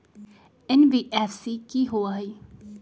NBFC कि होअ हई?